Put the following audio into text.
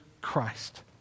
Christ